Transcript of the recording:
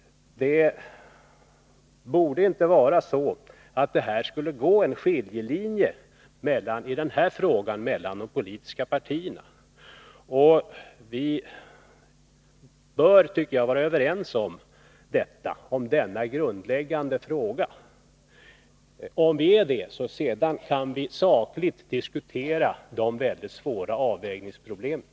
Det borde inte vara så att det i den här frågan går någon skiljelinje mellan de politiska partierna. Vi bör enligt min mening kunna vara överens i denna grundläggande fråga. Om vi är det, kan vi sakligt diskutera de mycket svåra avvägningsproblemen.